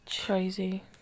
Crazy